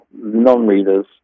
non-readers